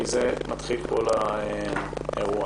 מזה מתחיל כל האירוע.